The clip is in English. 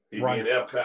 Right